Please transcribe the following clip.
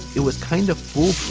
it was kind of full.